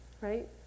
right